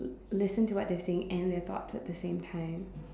listen to what they say and their thoughts at the same time